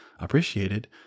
appreciated